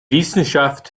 wissenschaft